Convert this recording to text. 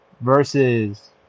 versus